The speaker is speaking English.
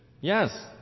Yes